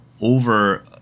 over